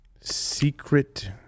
Secret